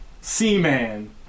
Seaman